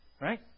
right